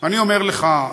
ואני אומר לך,